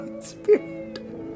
spirit